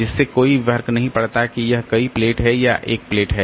इससे कोई फर्क नहीं पड़ता कि यह कई प्लेट है या एक प्लेट है